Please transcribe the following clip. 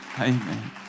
Amen